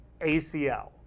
ACL